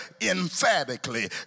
emphatically